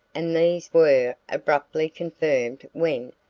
and these were abruptly confirmed when,